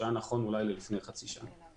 שאולי היה נכון לפני חצי שנה.